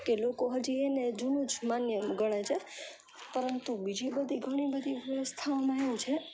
કે લોકો હજી એને જુનું જ માન્ય ગણે છે પરંતુ બીજી બધી ઘણી બધી વ્યવસ્થાઓમાં એવું છે